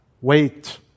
wait